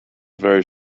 very